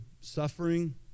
suffering